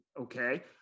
okay